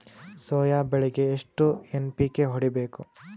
Soya ಬೆಳಿಗಿ ಎಷ್ಟು NPK ಹೊಡಿಬೇಕು?